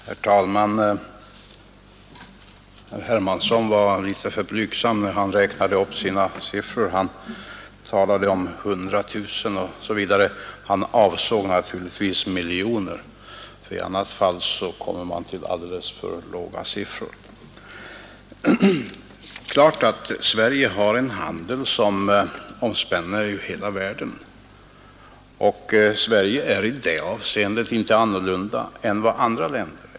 Herr talman! Herr Hermansson var litet för blygsam när han räknade upp sina siffror. Han talade om 100 000 osv., men han avsåg naturligtvis miljoner, för i annat fall kommer man till alldeles för låga siffror. Det är klart att Sverige har en handel som omspänner hela världen, och Sverige är i det avseendet inte annorlunda än andra länder.